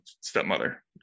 stepmother